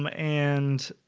um and